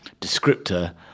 descriptor